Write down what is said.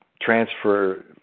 transfer